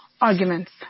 arguments